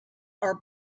are